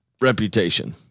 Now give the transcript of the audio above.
reputation